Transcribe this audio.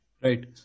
Right